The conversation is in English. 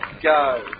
go